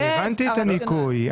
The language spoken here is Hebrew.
אני הבנתי את הניכוי.